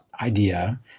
idea